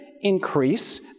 Increase